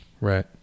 right